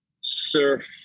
surf